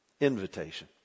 Invitation